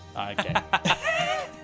okay